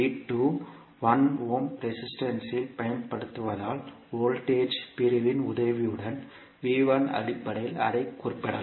1 ohm resistance இல் பயன்படுத்தப்படுவதால் voltage பிரிவின் உதவியுடன் அடிப்படையில் அதைக் குறிப்பிடலாம்